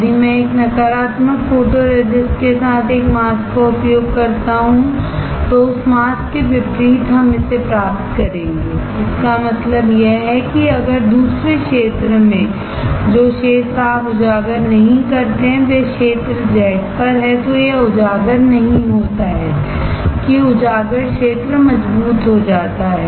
यदि मैं एक नकारात्मक फोटोरेसिस्ट के साथ एक मास्क का उपयोग करता हूं तो उस मास्क के विपरीत हम इसे प्राप्त करेंगे इसका मतलब यह है कि जो क्षेत्र आप एक्सपोज नहीं करते हैं वह क्षेत्र जो Z पर है वह एक्सपोज नहीं होता है तो एक्सपोज क्षेत्र मजबूत हो जाता है